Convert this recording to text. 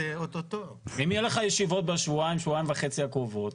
אם יהיו לך ישיבות בשבועיים-שבועיים וחצי הקרובים,